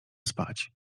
spać